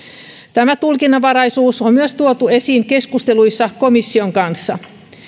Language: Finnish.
tämä tulkinnanvaraisuus on myös tuotu esiin keskusteluissa komission kanssa